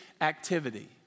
activity